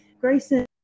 Grayson